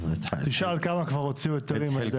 תשאל כמה כבר הוציאו היתרים על זה.